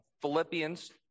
philippians